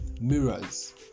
mirrors